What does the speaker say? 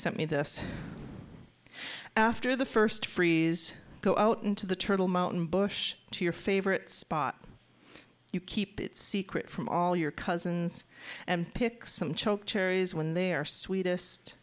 sent me this after the first freeze go out into the turtle mountain bush to your favorite spot you keep it secret from all your cousins and pick some choked cherries when they are sweetest